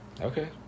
Okay